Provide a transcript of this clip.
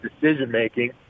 decision-making